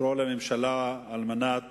לקרוא לממשלה על מנת